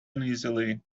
uneasily